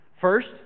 First